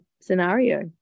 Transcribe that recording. scenario